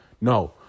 no